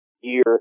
year